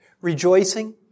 rejoicing